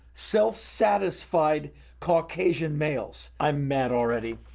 self satisfied caucasian males. i'm mad already.